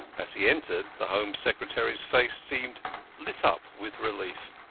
as he entered, the home secretary's face seemed lit up with relief.